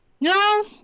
No